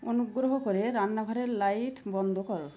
অনুগ্রহ করে রান্নাঘরের লাইট বন্ধ করো